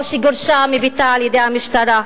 או שגורשה מביתה על-ידי המשטרה,